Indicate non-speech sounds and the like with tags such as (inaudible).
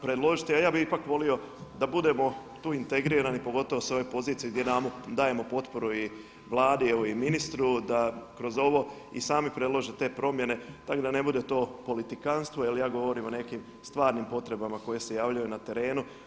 Predložite, a ja bih ipak volio da budemo tu integrirani pogotovo sa ove pozicije gdje … (unintelligible) dajemo potporu i Vladi a evo i ministru da kroz ovo i sami predlože te promjene, tako da ne bude to politikanstvo, jer ja govorim o nekim stvarnim potrebama koje se javljaju na terenu.